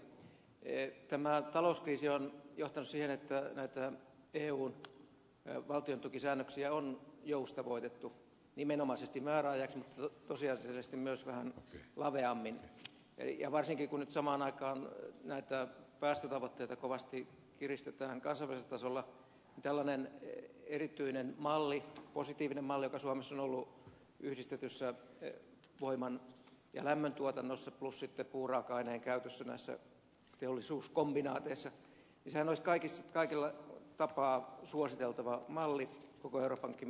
tämä talouskriisi on johtanut siihen että näitä eun valtiontukisäännöksiä on joustavoitettu nimenomaisesti määräajaksi mutta tosiasiallisesti myös vähän laveammin ja varsinkin kun nyt samaan aikaan päästötavoitteita kovasti kiristetään kansainvälisellä tasolla niin tällainen erityinen malli positiivinen malli joka suomessa on ollut yhdistetyssä voiman ja lämmöntuotannossa plus sitten puuraaka aineen käytössä teollisuuskombinaateissa sehän olisi kaikella tapaa suositeltava malli koko euroopankin mittakaavassa